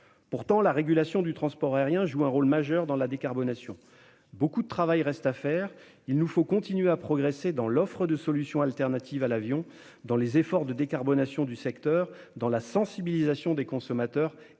Pourtant, la régulation du transport aérien joue un rôle essentiel dans la décarbonation. Beaucoup de travail reste à faire ; il nous faut continuer à progresser dans l'offre de solutions alternatives à l'avion, dans les efforts de décarbonation du secteur, dans la sensibilisation des consommateurs